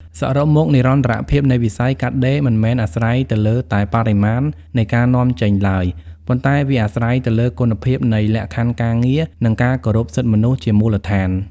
សរុបមក និរន្តរភាពនៃវិស័យកាត់ដេរមិនមែនអាស្រ័យទៅលើតែបរិមាណនៃការនាំចេញឡើយ ប៉ុន្តែវាអាស្រ័យទៅលើគុណភាពនៃលក្ខខណ្ឌការងារ និងការគោរពសិទ្ធិមនុស្សជាមូលដ្ឋាន។